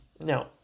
Now